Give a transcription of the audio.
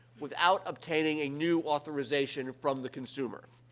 without obtaining a new authorization from the consumer.